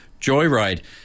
Joyride